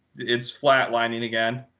it's flat lining again.